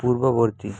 পূর্ববর্তী